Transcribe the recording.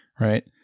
right